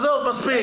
עזוב, מספיק.